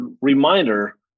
reminder